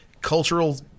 cultural